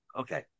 Okay